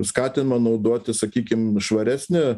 skatina naudoti sakykim švaresnę